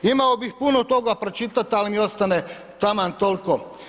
Imao bih puno toga pročitat, ali mi ostane taman tolko.